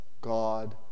God